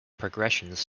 progressions